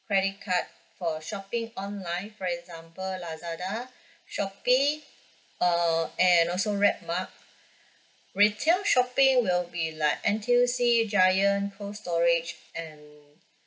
credit card for shopping online for example lazada shopee uh and also redmart retail shopping will be like N_T_U_C giant cold storage and